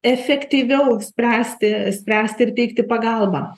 efektyviau spręsti spręsti ir teikti pagalbą